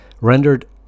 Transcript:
rendered